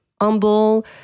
humble